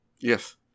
Yes